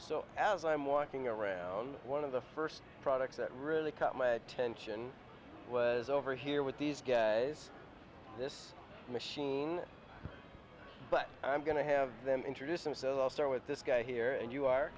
country as i'm walking around one of the first products that really caught my attention was over here with these guys this machine but i'm going to have them introduce him so i'll start with this guy here and you are